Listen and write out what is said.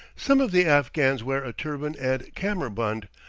some of the afghans wear a turban and kammerbund,